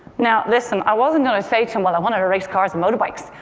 now listen, i wasn't going to say to him, well, i wanted to race cars and motorbikes.